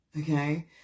okay